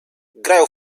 grają